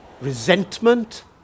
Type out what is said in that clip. Resentment